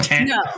No